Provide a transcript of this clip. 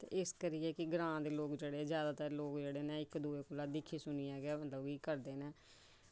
ते इस करियै जेह्ड़े जैदाततर लोक न इक दुए कोला दिक्खियै गै करी दिंदे न